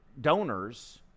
donors